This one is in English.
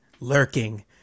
lurking